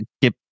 get